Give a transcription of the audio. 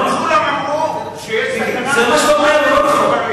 כולם אמרו שיש סכנה שייפרץ, מה שאתה אומר לא נכון.